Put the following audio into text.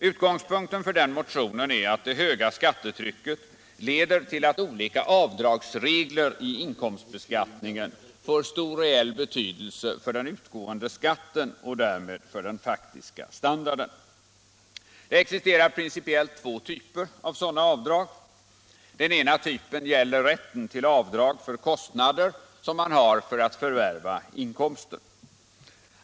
Utskottspunkten för motionen är att det höga skattetrycket leder till att olika avdragsregler i inkomstbeskattningen får stor reell betydelse för den utgående skatten och därmed för den faktiska standarden. Det existerar principiellt två typer av sådana avdrag. Den ena typen gäller rätten till avdrag för kostnader som man har för att förvärva inkomsten.